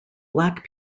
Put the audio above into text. black